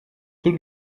tout